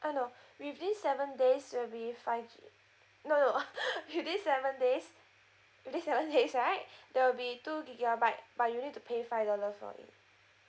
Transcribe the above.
uh no with this seven days it'll be five G no no with this seven days with this seven days right there'll be two gigabyte but you need to pay five dollar for it